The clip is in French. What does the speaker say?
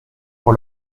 pour